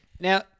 Now